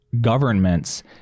governments